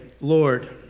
Lord